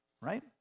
right